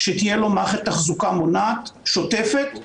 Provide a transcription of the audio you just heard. שתהיה לו מערכת תחזוקה מונעת שוטפת,